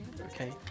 okay